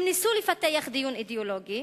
הם ניסו לפתח דיון אידיאולוגי